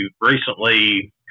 recently